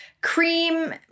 cream